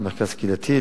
למרכז קהילתי,